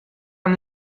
han